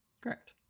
Correct